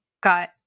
got